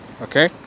Okay